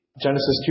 Genesis